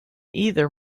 either